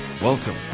Welcome